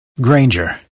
Granger